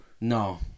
No